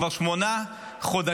כבר שמונה חודשים,